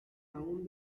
aún